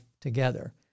together